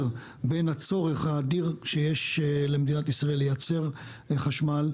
בין הצורך האדיר שיש למדינת ישראל לייצר חשמל,